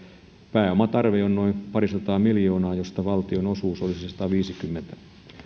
pääomatarve on noin parisataa miljoonaa josta valtion osuus olisi sataviisikymmentä